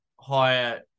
higher